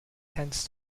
tends